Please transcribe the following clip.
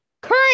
current